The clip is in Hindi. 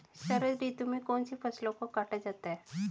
शरद ऋतु में कौन सी फसलों को काटा जाता है?